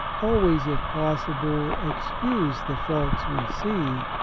always, if possible, excuse the faults we see,